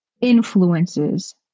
influences